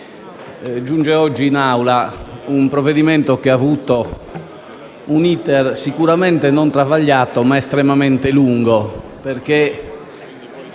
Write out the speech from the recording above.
giunge oggi in Assemblea un provvedimento che ha avuto un *iter* sicuramente non travagliato ma estremamente lungo